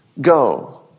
go